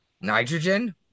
Nitrogen